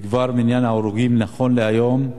וכבר מניין ההרוגים, נכון להיום,